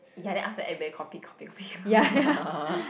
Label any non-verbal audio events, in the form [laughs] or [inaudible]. ya then after that everybody copy copy copy [laughs]